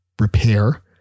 repair